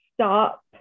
stop